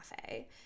cafe